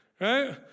Right